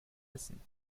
essen